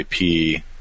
IP